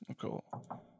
Cool